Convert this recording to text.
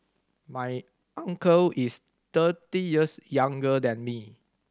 my uncle is thirty years younger than me